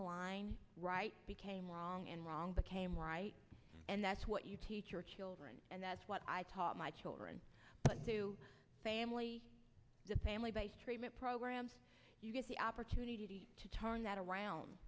the line right became wrong and wrong became right and that's what you teach your children and that's what i taught my children to family the family based treatment programs the opportunity to talk on that around